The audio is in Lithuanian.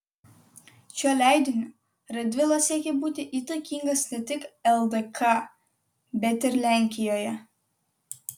šiuo leidiniu radvila siekė būti įtakingas ne tik ldk bet ir lenkijoje